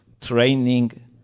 training